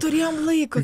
turėjom laiko